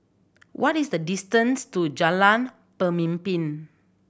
what is the distance to Jalan Pemimpin